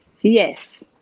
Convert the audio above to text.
Yes